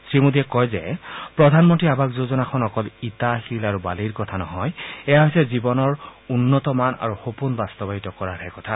শ্ৰীমোদীয়ে কয় যে প্ৰধানমন্ত্ৰী আবাস যোজনাখন অকল ইটা শিল আৰু বালিৰ কথা নহয় এয়া হৈছে জীৱনৰ উন্নত মান আৰু সপোন বাস্তৱায়িত কৰাৰহে কথা